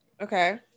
Okay